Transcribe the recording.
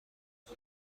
خوب